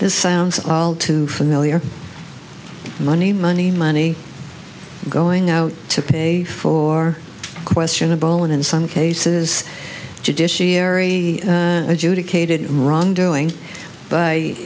this sounds all too familiar money money money going out to pay for questionable and in some cases judiciary adjudicated wrongdoing